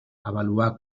avaluar